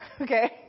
Okay